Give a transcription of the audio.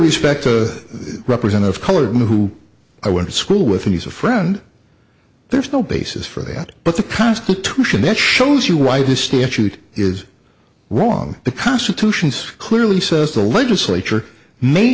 respect to represent of color who i went to school with and he's a friend there's no basis for that but the constitution that shows you why the statute is wrong the constitution's clearly says the legislature may